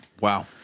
Wow